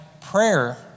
prayer